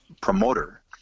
Promoter